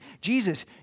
Jesus